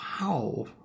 Wow